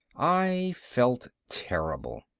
i felt terrible.